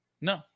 No